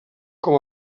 com